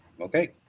okay